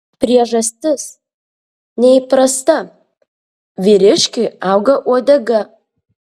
priežastis neįprasta vyriškiui auga uodega